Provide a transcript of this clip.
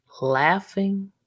laughing